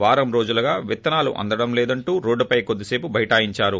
వారం రోజులుగా విత్తనాలు సందడంలేదంటూ రోడ్డుపై కొద్దీస్పు బైఠాయించారు